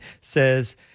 says